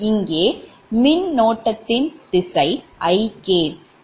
இங்கே மின்னோட்டத்தின் திசை Ik